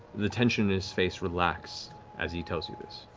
the tension in his face relax as he tells you this.